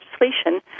legislation